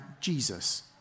Jesus